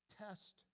test